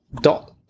dot